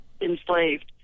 enslaved